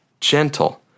gentle